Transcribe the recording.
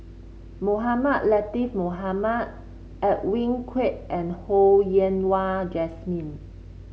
Mohamed Latiff Mohamed Edwin Koek and Ho Yen Wah Jesmine